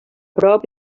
prop